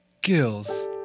gills